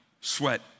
sweat